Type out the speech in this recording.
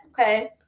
okay